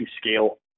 scale